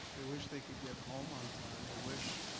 they wish they could get home on time. they wish,